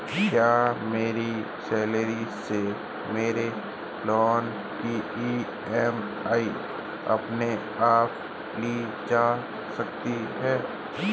क्या मेरी सैलरी से मेरे लोंन की ई.एम.आई अपने आप ली जा सकती है?